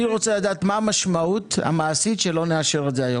אני רוצה לדעת מה המשמעות המעשית שלא נאשר את זה היום,